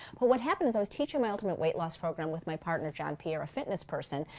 but what happened was i was teaching my ultimate weight loss program with my partner, john pierre, a fitness person,